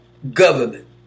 government